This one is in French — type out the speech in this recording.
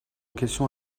question